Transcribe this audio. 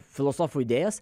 filosofų idėjas